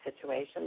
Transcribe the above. situation